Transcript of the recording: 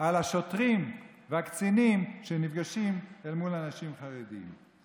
על השוטרים והקצינים שנפגשים מול אנשים חרדים.